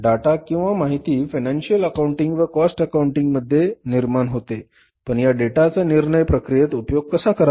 data किंवा माहिती financial accounting व कॉस्ट अकाउंटिंग मध्ये निर्माण होते पण या डेटाचा निर्णय प्रक्रियेत उपयोग कसा करावा